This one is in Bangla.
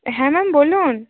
হ্যাঁ ম্যাম বলুন